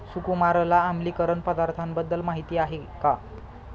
सुकुमारला आम्लीकरण पदार्थांबद्दल माहिती आहे का?